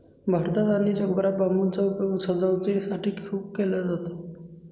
भारतात आणि जगभरात बांबूचा उपयोग सजावटीसाठी खूप केला जातो